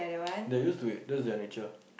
they are used to it cause they are nature